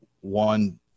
one